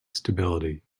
stability